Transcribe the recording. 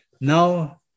Now